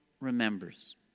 remembers